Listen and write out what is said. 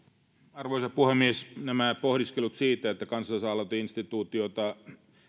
arvoisa puhemies pohdiskeluihin siitä että kansalaisaloiteinstituutiota